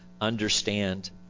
understand